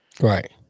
Right